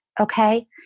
Okay